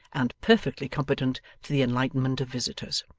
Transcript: and perfectly competent to the enlightenment of visitors.